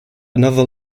another